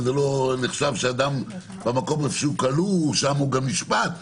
שלא נחשב שאדם שבמקום שבו הוא כלוא הוא גם נשפט,